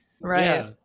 Right